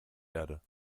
erde